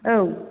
औ